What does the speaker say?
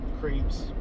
creeps